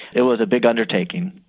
it was a big undertaking.